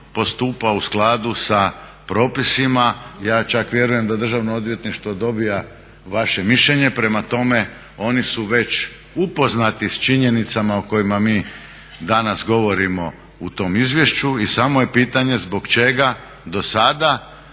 postupa u skladu sa propisima. Ja čak vjerujem da Državno odvjetništvo dobija vaše mišljenje, prema tome oni su već upoznati s činjenicama o kojima mi danas govorimo u tom izvješću i samo je pitanje zbog čega do sada